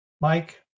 Mike